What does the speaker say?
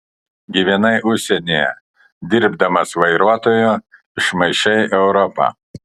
gyvenai užsienyje dirbdamas vairuotoju išmaišei europą